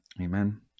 Amen